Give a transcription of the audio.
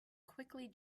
quickly